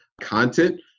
content